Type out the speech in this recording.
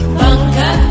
bunker